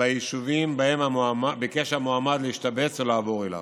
ביישובים שבהם ביקש המועמד להשתבץ ולעבור אליהם.